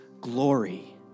glory